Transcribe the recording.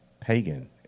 pagan